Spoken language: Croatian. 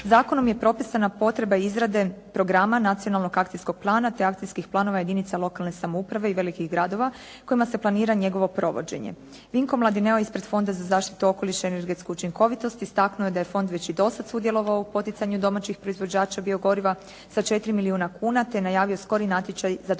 Zakonom je propisana potreba izrade programa nacionalnog akcijskog plana te akcijskih planova jedinica lokalne samouprave i velikih gradova kojima se planira njegovo provođenje. Dinko Mladineo ispred Fonda za zaštitu okoliša i energetsku učinkovitost istaknuo je da je fond već i do sad sudjelovao u poticanju domaćih proizvođača biogoriva sa 4 milijuna kuna te najavio skori natječaj za dodjelu